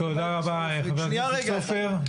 תודה רבה, חבר הכנסת סופר.